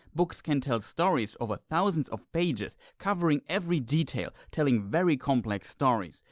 books can tell stories over thousands of pages, covering every detail, telling very complex stories.